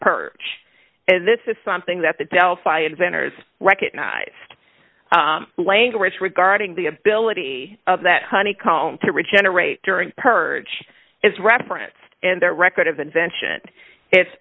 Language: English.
perch and this is something that the delphi inventors recognised language regarding the ability of that honeycomb to regenerate during purge is referenced in their record of invention